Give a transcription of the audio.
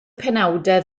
penawdau